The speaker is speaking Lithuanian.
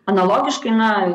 analogiškai na